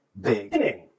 big